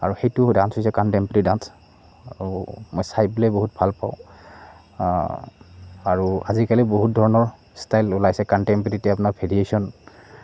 আৰু সেইটো ডান্স হৈছে কণ্টেম্পৰেৰী ডান্স আৰু মই চাই পেলাই বহুত ভাল পাওঁ আৰু আজিকালি বহুত ধৰণৰ ষ্টাইল ওলাইছে কণ্টেম্পৰেৰীতে আপোনাৰ ভেৰিয়েশ্যন